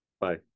Bye